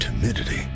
timidity